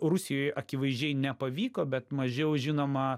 rusijoj akivaizdžiai nepavyko bet mažiau žinoma